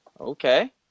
Okay